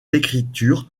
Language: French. l’écriture